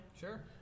Sure